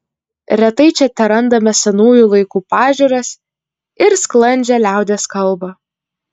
retai čia terandame senųjų laikų pažiūras ir sklandžią liaudies kalbą